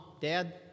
dad